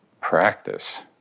practice